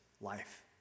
life